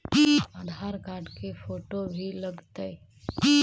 आधार card के photo भी लग तै?